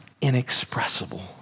inexpressible